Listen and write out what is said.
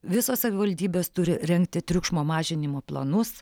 visos savivaldybės turi rengti triukšmo mažinimo planus